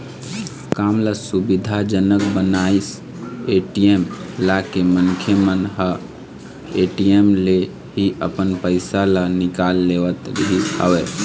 काम ल सुबिधा जनक बनाइस ए.टी.एम लाके मनखे मन ह ए.टी.एम ले ही अपन पइसा ल निकाल लेवत रिहिस हवय